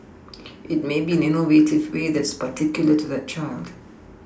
it may be an innovative way that's particular to that child